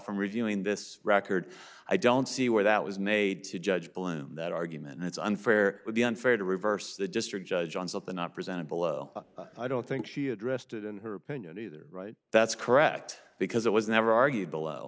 from reviewing this record i don't see where that was made to judge bloom that argument it's unfair would be unfair to reverse the district judge on the not presented below i don't think she addressed it in her opinion either right that's correct because it was never argued below